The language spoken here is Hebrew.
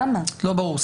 לא ברור.